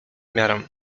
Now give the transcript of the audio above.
miarą